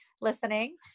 listening